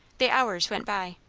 the hours went by.